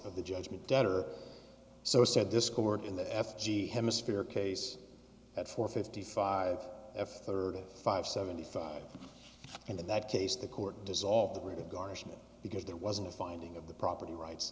of the judgment debtor so said this court in the f g hemisphere case at four fifty five f thirty five seventy five and in that case the court dissolved regarding it because there wasn't a finding of the property rights